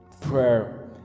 prayer